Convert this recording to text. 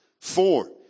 Four